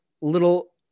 little